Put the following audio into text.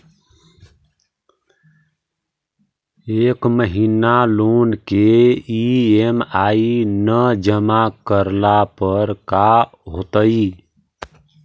एक महिना लोन के ई.एम.आई न जमा करला पर का होतइ?